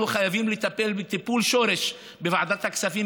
אנחנו חייבים לטפל טיפול שורש בוועדת הכספים,